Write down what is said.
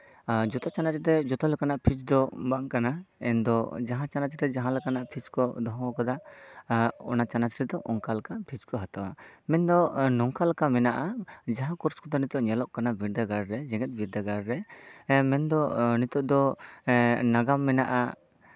ᱟᱨ ᱡᱚᱛ ᱪᱟᱱᱟᱪ ᱨᱮ ᱡᱚᱛᱚ ᱞᱮᱠᱟᱱᱟᱜ ᱯᱷᱤᱥ ᱫᱚ ᱵᱟᱝ ᱠᱟᱱᱟ ᱮᱱ ᱫᱚ ᱡᱟᱦᱟᱸ ᱪᱟᱱᱟᱪ ᱨᱮ ᱡᱟᱦᱟᱸ ᱞᱮᱠᱟᱱᱟᱜ ᱯᱷᱤᱥ ᱠᱚ ᱫᱚᱦᱚ ᱟᱠᱟᱫᱟ ᱟᱜ ᱚᱱᱟ ᱪᱟᱱᱟᱪ ᱨᱮᱫᱚ ᱚᱱᱠᱟ ᱞᱮᱠᱟᱱᱟᱜ ᱯᱷᱤᱥ ᱠᱚ ᱦᱟᱛᱟᱣᱟ ᱢᱮᱱᱫᱚ ᱱᱚᱝᱠᱟ ᱞᱮᱠᱟ ᱢᱮᱱᱟᱜᱼᱟ ᱡᱟᱦᱟᱸ ᱠᱳᱨᱥ ᱠᱚᱫᱚ ᱱᱤᱛᱚᱜ ᱧᱮᱞᱚᱜ ᱠᱟᱱᱟ ᱵᱤᱫᱽᱫᱟᱹᱜᱟᱲ ᱨᱮ ᱡᱮᱜᱮᱛ ᱵᱤᱨᱫᱟᱹᱜᱟᱲ ᱨᱮ ᱢᱮᱱᱫᱚ ᱱᱤᱛᱚᱜ ᱫᱚ ᱮᱜ ᱱᱟᱜᱟᱢ ᱢᱮᱱᱟᱜᱼᱟ